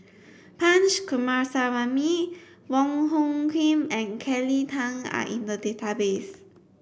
Punch Coomaraswamy Wong Hung Khim and Kelly Tang are in the database